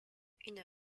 une